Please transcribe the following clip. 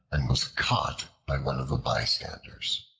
and was caught by one of the bystanders.